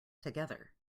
together